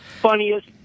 Funniest